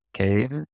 Okay